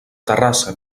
terrassa